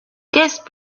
guest